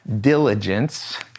diligence